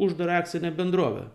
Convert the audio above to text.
uždarą akcinę bendrovę